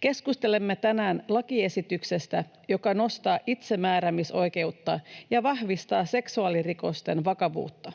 Keskustelemme tänään lakiesityksestä, joka nostaa itsemääräämisoikeutta ja vahvistaa seksuaalirikosten vakavuutta.